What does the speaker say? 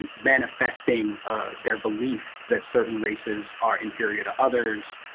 and manifesting, ah their belief that certain races are inferior to others,